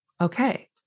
Okay